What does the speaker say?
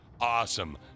Awesome